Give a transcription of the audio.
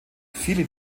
viele